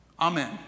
Amen